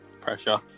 Pressure